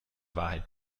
wahrheit